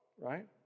right